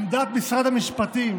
עמדת משרד המשפטים